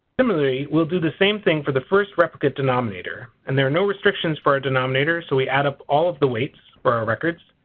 similarly we'll do the same thing for the first replicate denominator. and there are no restrictions for a denominator so we add up all of the weights for our records.